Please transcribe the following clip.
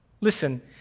Listen